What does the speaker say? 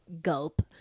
gulp